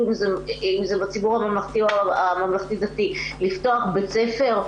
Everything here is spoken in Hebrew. אם זה בציבור הממלכתי או הממלכתי-דתי לפתוח בית ספר?